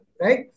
Right